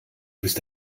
bist